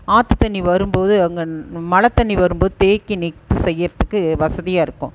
ஆற்று தண்ணி வரும் போது அங்கே மழை தண்ணி வரும் போது தேக்கி செய்வதுக்கு வசதியாயிருக்கும்